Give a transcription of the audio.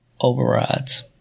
overrides